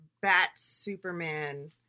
Bat-Superman